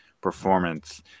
performance